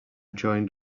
joined